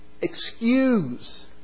excuse